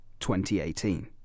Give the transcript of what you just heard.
2018